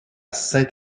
saint